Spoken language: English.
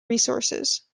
resources